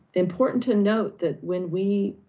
important to note that when we,